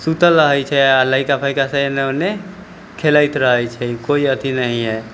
सुतल रहैत छै आ लइका फइका सब एने ओने खेलैत रहैत छै कोइ अथी नहि हइ